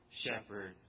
shepherd